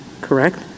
correct